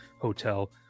hotel